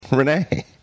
Renee